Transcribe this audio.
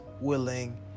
willing